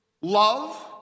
love